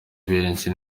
benshi